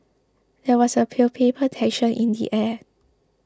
there was a palpable tension in the air